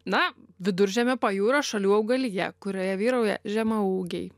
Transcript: na viduržemio pajūrio šalių augalija kurioje vyrauja žemaūgiai